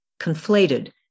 conflated